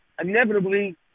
inevitably